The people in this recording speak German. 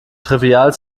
trivial